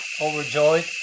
overjoyed